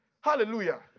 Hallelujah